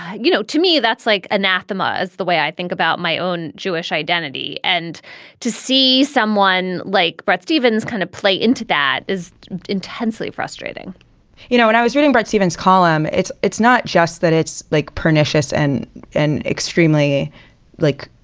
you know, to me that's like anathemas the way i think about my own jewish identity. and to see someone like bret stephens kind of play into that is intensely frustrating you know, when i was reading bret stephens column, it's it's not just that it's like pernicious and and extremely like